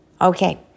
Okay